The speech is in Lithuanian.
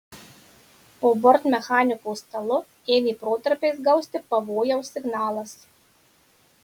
po bortmechaniko stalu ėmė protarpiais gausti pavojaus signalas